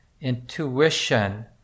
intuition